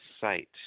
site